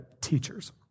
teachers